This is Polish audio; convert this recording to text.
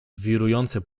wirujące